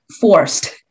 forced